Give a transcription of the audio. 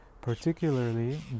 particularly